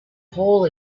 hole